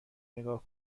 نگاه